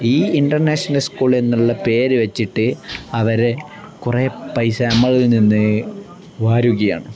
ഈ international school എന്നുള്ള പേര് വച്ചിട്ട് അവർ കുറേ പൈസ നമ്മളിൽ നിന്ന് വാരുകയാണ്